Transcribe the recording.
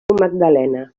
magdalena